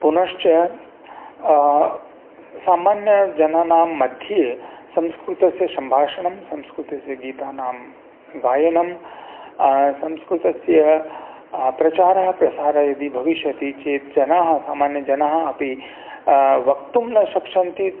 पुनश्च सामान्यजनानां मध्ये संस्कृतस्य सम्भाषणं संस्कृतस्य गीतानां गायनं संस्कृतस्य प्रचारः प्रसारः यदि भविष्यति चेत् जनाः सामान्यजनाः अपि वक्तुं न शक्ष्यन्ति